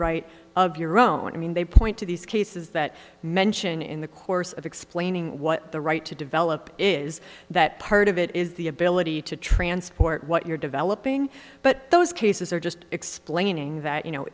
right of your own i mean they point to these cases that mention in the course of explaining what the right to develop is that part of it is the ability to transport what you're developing but those cases are just explaining that you know